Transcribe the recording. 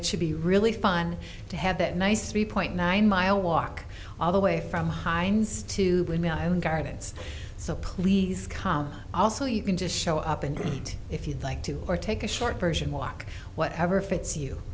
it should be really fun to have that nice three point nine mile walk all the way from heinz to bring my own gardens so please come also you can just show up and eat if you'd like to or take a short version walk whatever fits you